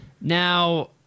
Now